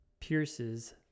Pierce's